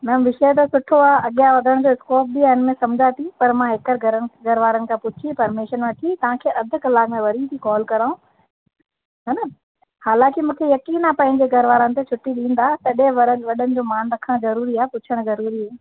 ma'am विषय त सुठो आहे अॻियां वधण जो स्कोप बि आहे मां सम्झा थी पर मां हेकर घर में घर वारनि सां पुछी परमिशन वठी तव्हांखे अधि कलाकु में वरी थी कॉल कयां हे न हालांकि मूंखे यकीन आहे पंहिंजे घर वारनि ते छुट्टी ॾींदा तॾहिं वरन वॾनि जो मान रखण ज़रूरी आहे पुछण ज़रूरी आहे